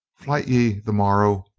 flite ye the morrow,